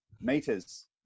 meters